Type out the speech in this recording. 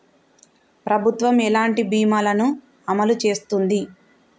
ప్రభుత్వం ఎలాంటి బీమా ల ను అమలు చేస్తుంది?